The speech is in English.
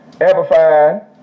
Amplified